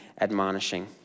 admonishing